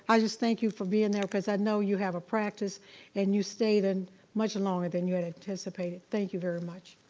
i just thank you for being there cause i know you have a practice and you stayed and much longer than you anticipated, thank you very much.